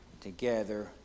together